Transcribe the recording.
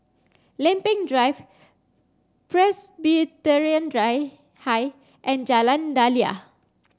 Lempeng Drive Presbyterian Drive High and Jalan Daliah